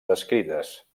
descrites